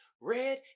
red